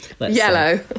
yellow